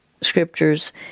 scriptures